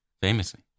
Famously